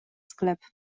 sklep